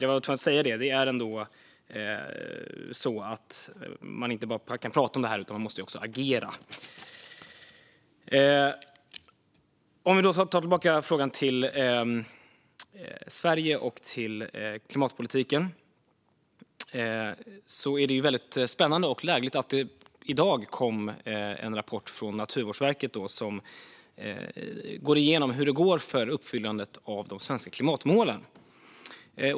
Jag var tvungen att säga det. Man kan inte bara prata om detta, utan man måste också agera. Vi tar tillbaka frågan till Sverige och klimatpolitiken. Det är väldigt spännande och lägligt att det i dag kom en rapport från Naturvårdsverket. Den går igenom hur det går för uppfyllandet av de svenska klimatmålen.